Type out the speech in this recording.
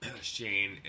Shane